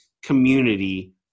community